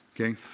Okay